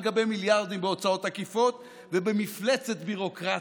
גבי מיליארדים בהוצאות עקיפות ובמפלצת ביורוקרטית,